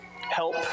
Help